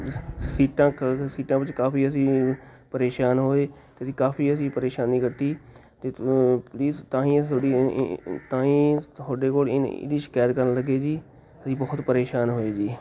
ਸੀਟਾਂ ਕ ਸੀਟਾਂ ਵਿੱਚ ਕਾਫ਼ੀ ਅਸੀਂ ਪਰੇਸ਼ਾਨ ਹੋਏ ਅਤੇ ਅਸੀਂ ਕਾਫ਼ੀ ਅਸੀਂ ਪਰੇਸ਼ਾਨੀ ਕੱਟੀ ਅਤੇ ਪਲੀਜ਼ ਤਾਂ ਹੀ ਅਸੀਂ ਤੁਹਾਡੀ ਤਾਂ ਹੀ ਤੁਹਾਡੇ ਕੋਲ ਇਨ ਇਹ ਦੀ ਸ਼ਿਕਾਇਤ ਕਰਨ ਲੱਗੇ ਜੀ ਅਸੀਂ ਬਹੁਤ ਪਰੇਸ਼ਾਨ ਹੋਏ ਜੀ